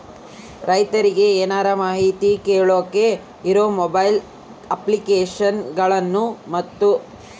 ರೈತರಿಗೆ ಏನರ ಮಾಹಿತಿ ಕೇಳೋಕೆ ಇರೋ ಮೊಬೈಲ್ ಅಪ್ಲಿಕೇಶನ್ ಗಳನ್ನು ಮತ್ತು?